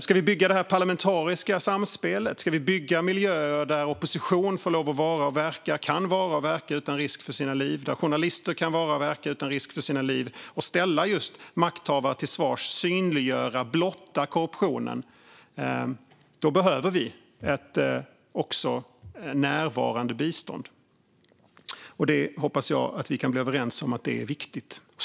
Ska vi bygga det här parlamentariska samspelet, ska vi bygga miljöer där opposition kan vara och verka utan risk för sina liv och där journalister kan vara och verka utan risk för sina liv, ställa makthavare till svars och synliggöra och blotta korruptionen, då behöver vi också ett närvarande bistånd. Jag hoppas att vi kan bli överens om att det är viktigt.